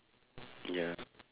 ya